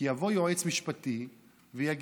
כי יבוא יועץ משפטי ויגיד: